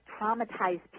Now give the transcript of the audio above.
traumatized